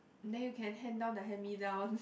then you can hand down the hand me down